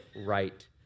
right